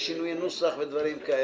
השינויים.